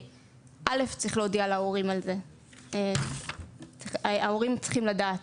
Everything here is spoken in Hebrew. ראשית, צריך להודיע על זה להורים, הם צריכים לדעת